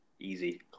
Easy